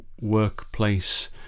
workplace